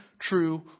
true